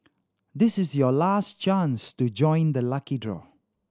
this is your last chance to join the lucky draw